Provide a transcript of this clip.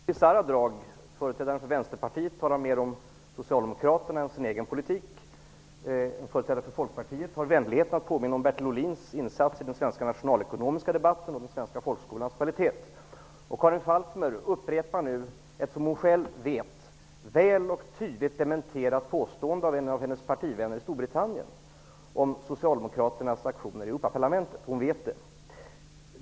Herr talman! Den debatt vi nu för har bisarra drag. Företrädaren för Vänsterpartiet talar mer om Socialdemokraterna än om sin egen politik. Företrädaren för Folkpartiet har vänligheten att påminna om Bertil Ohlins insatser i den svenska nationalekonomiska debatten och om den svenska folkskolans kvalitet. Och Karin Falkmer upprepar nu ett påstående om socialdemokraternas aktioner i Europaparlamentet, ett påstående som hon själv vet är väl och tydligt dementerat av en av hennes partivänner i Storbritannien. Hon vet det!